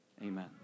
amen